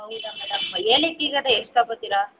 ಹೌದಾ ಮೇಡಮ್ ಏಲಕ್ಕಿಗಾದರೆ ಎಷ್ಟು ತೊಗೋತೀರಾ